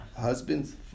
husband's